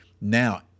Now